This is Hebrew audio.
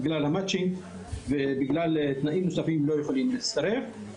גם בגלל המצ'ינג ובגלל תנאים נוספים הם לא יכולים להצטרף.